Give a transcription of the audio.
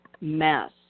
mess